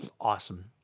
awesome